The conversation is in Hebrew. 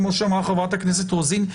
כמו שאמרה חברת הכנסת רוזין,